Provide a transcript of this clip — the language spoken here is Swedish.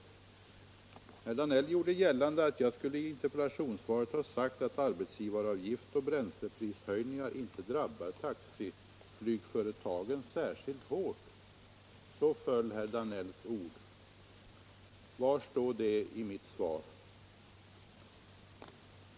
Herr Danell gjorde gällande att jag i interpellationssvaret skulle ha sagt att arbetsgivaravgift och bränsleprishöjningar inte drabbar taxiflygföretagen särskilt hårt. Så föll herr Danells ord. Var står det i mitt svar?